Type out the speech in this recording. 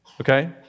Okay